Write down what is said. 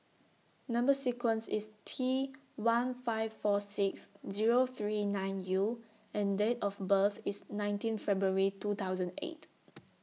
Number sequence IS T one five four six Zero three nine U and Date of birth IS nineteen February two thousand eight